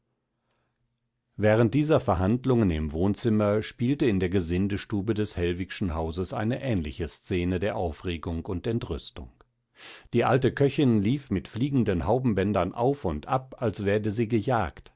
während dieser verhandlungen im wohnzimmer spielte in der gesindestube des hellwigschen hauses eine ähnliche szene der aufregung und entrüstung die alte köchin lief mit fliegenden haubenbändern auf und ab als werde sie gejagt